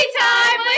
Time